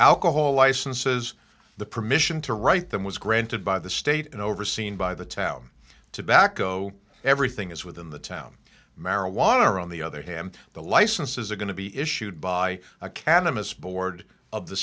alcohol licenses the permission to write them was granted by the state and overseen by the town tobacco everything is within the town marijuana or on the other hand the licenses are going to be issued by academies board of the